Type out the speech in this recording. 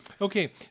Okay